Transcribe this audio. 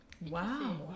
wow